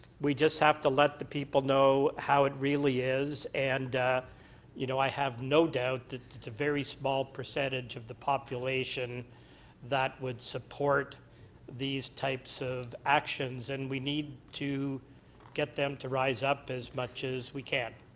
we just have to let the people know how it really is. and you know, i have no doubt that it's a very small percentage of population that would support these types of actions. and we need to get them to rise up as much as we can.